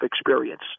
experience